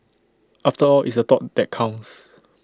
after all it's the thought that counts